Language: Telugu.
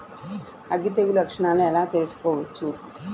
అగ్గి తెగులు లక్షణాలను ఎలా తెలుసుకోవచ్చు?